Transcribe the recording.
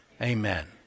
Amen